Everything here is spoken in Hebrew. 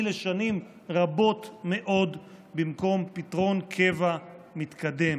לשנים רבות מאוד במקום פתרון קבע מתקדם?